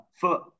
foot